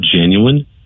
genuine